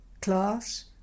Class